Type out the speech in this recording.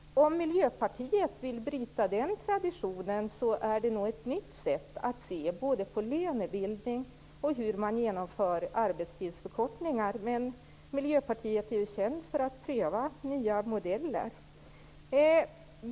Om Miljöpartiet vill bryta den traditionen, har man ett nytt sätt att se både på lönebildning och på hur arbetstidsförkortningar genomförs. Men Miljöpartiet är ju känt för att pröva nya modeller.